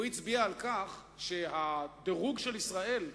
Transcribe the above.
הוא הצביע על כך שהדירוג של ישראל הידרדר.